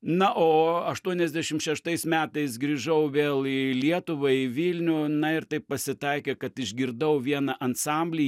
na o aštuoniasdešim šeštais metais grįžau vėl į lietuvą į vilnių na ir taip pasitaikė kad išgirdau vieną ansamblį